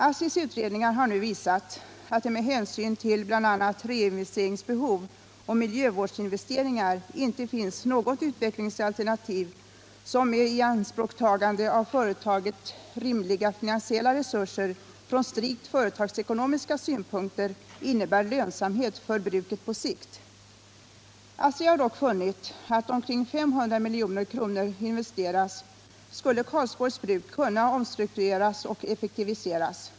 ASSI:s utredning har nu visat att det med hänsyn till bl.a. reinvesteringsbehov och miljövårdsinvesteringar inte finns något utvecklingsalternativ som med ianspråktagande av för företaget rimliga finansiella resurser från strikt företagsekonomiska synpunkter innebär lönsamhet för bruket på sikt. ASSI har dock funnit att om ca 500 milj.kr. investeras skulle Karlsborgs bruk kunna omstruktureras och effektiviseras.